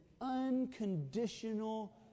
unconditional